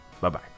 Bye-bye